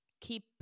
keep